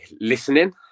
Listening